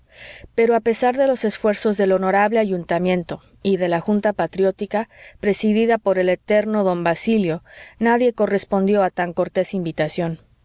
pero a pesar de los esfuerzos del h ayuntamiento y de la r junta patriótica presidida por el eterno don basilio nadie correspondió a tan cortés invitación